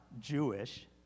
Jewish